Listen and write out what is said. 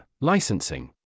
Licensing